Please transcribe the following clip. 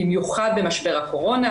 במיוחד במשבר הקורונה.